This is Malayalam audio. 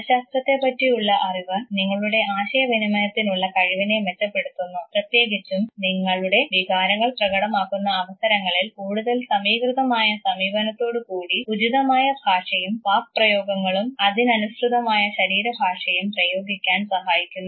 മനഃശാസ്ത്രത്തെ പറ്റിയുള്ള അറിവ് നിങ്ങളുടെ ആശയവിനിമയത്തിനുള്ള കഴിവിനെ മെച്ചപ്പെടുത്തുന്നു പ്രത്യേകിച്ചും നിങ്ങളുടെ വികാരങ്ങൾ പ്രകടമാക്കുന്ന അവസരങ്ങളിൽ കൂടുതൽ സമീകൃതമായ സമീപനത്തോടുകൂടി ഉചിതമായ ഭാഷയും വാക്ക് പ്രയോഗങ്ങളും അതിനനുസൃതമായ ശരീരഭാഷയും പ്രയോഗിക്കാൻ സഹായിക്കുന്നു